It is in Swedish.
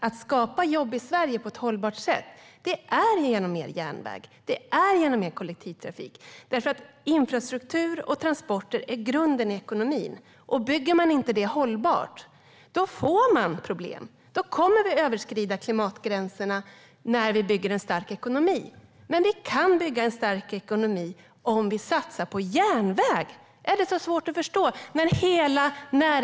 Att skapa jobb i Sverige på ett hållbart sätt sker genom mer järnväg och mer kollektivtrafik. Infrastruktur och transporter är grunden i ekonomin, och bygger man inte detta hållbart får man problem. Då kommer vi att överskrida klimatgränserna när vi bygger en stark ekonomi. Men vi kan bygga en stark ekonomi om vi satsar på järnväg. Är det så svårt att förstå?